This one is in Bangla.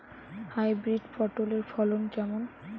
হাইব্রিড পটলের ফলন কেমন?